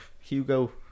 Hugo